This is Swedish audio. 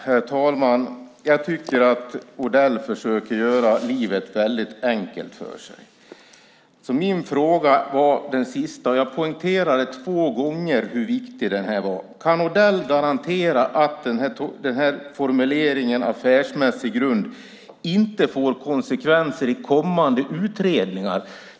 Herr talman! Jag tycker att Odell försöker göra livet väldigt enkelt för sig. Jag poängterade två gånger hur viktig min sista fråga är: Kan Odell garantera att formuleringen om affärsmässig grund inte får konsekvenser i kommande utredningar?